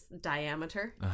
diameter